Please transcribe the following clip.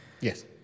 Yes